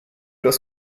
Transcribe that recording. das